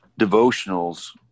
devotionals